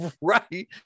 right